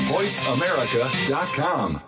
VoiceAmerica.com